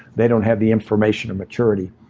they don't have the information and maturity.